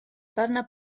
певна